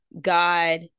God